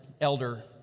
elder